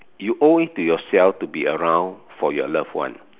you owe it to yourself to be around for your loved one